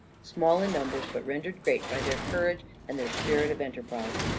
small in numbers, but rendered great by their courage and their spirit of enterprise.